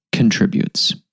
contributes